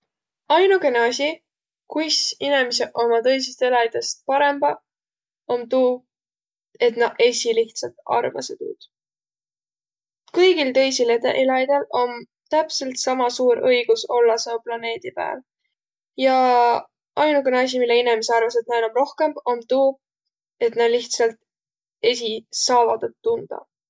Ainukõnõ asi, kuis inemiseq ommaq tõisist eläjist parõmbaq, om tuu, et nä esiq lihtsält arvasõq tuud. Kõigil tõisil el- eläjidel om täpselt sama suur õigus ollaq seo planeedi pääl. Ja ainukõnõ asi, mille inemiseq arvasõq, et näil om rohkõmb, om tuu, et nä lihtsält esiq saavaq tuud tundaq.